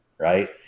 right